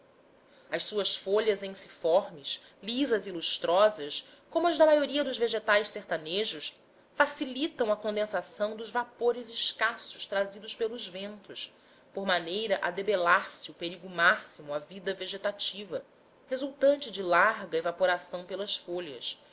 as suas folhas ensiformes lisas e lustrosas como as da maioria dos vegetais sertanejos facilitam a condensação dos vapores escassos trazidos pelos ventos por maneira a debelar se o perigo máximo à vida vegetativa resultante da larga evaporação pelas folhas